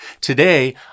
Today